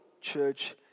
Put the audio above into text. church